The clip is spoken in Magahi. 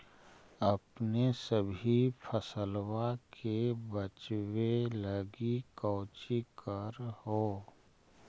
अपने सभी फसलबा के बच्बे लगी कौची कर हो?